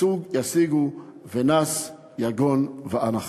ישיגון נסו יגון ואנחה".